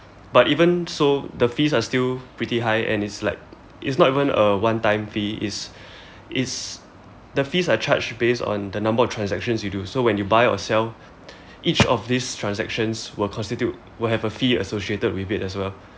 but even so the fees are still pretty high and it's like it's not even a one time fee it's it's the fees are charged based on the number of transactions you do so when you buy or sell each of these transactions will constitute will have a fee associated with it as well